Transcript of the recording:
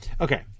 okay